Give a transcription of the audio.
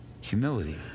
Humility